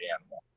animal